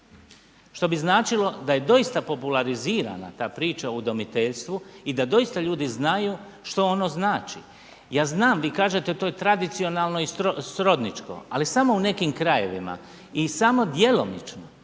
Što bi značilo da je doista popularizirana ta priča o udomiteljstvu i da doista ljudi znaju što ono znači. Ja znam, vi kažete to je tradicionalno i srodničko, ali samo u nekim krajevima i samo djelomično,